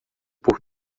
por